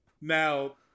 Now